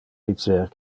dicer